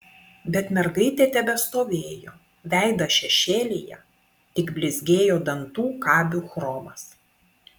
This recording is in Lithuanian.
bet mergaitė tebestovėjo veidas šešėlyje tik blizgėjo dantų kabių chromas